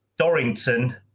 Dorrington